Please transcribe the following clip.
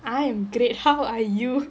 I am great how are you